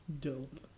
Dope